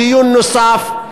דיון נוסף,